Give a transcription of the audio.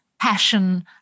passion